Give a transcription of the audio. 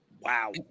Wow